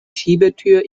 schiebetür